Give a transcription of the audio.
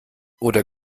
oder